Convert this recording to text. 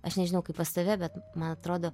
aš nežinau kaip pas tave bet man atrodo